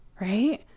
right